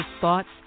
thoughts